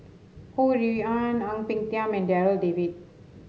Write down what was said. Ho Rui An Ang Peng Tiam and Darryl David